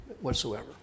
whatsoever